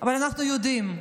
אבל אנחנו יודעים,